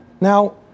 Now